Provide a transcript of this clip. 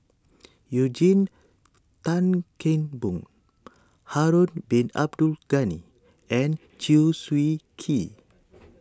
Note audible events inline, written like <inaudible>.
<noise> Eugene Tan Kheng Boon Harun Bin Abdul Ghani and Chew Swee Kee